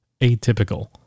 atypical